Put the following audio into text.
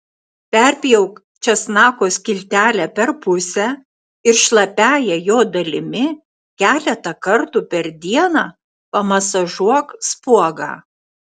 perpjauk česnako skiltelę per pusę ir šlapiąja jo dalimi keletą kartų per dieną pamasažuok spuogą